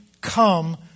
come